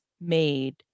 made